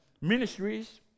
ministries